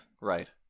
right